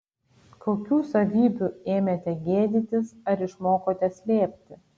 kokių savybių ėmėte gėdytis ar išmokote slėpti